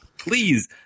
Please